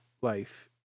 life